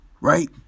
Right